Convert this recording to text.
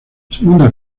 segunda